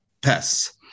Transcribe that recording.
pests